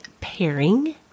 pairing